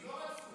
ולא רצו.